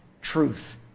truth